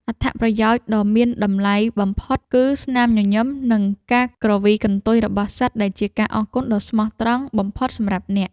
អត្ថប្រយោជន៍ដ៏មានតម្លៃបំផុតគឺ ស្នាមញញឹម និង ការគ្រវីកន្ទុយរបស់សត្វដែលជាការអរគុណដ៏ស្មោះត្រង់បំផុតសម្រាប់អ្នក។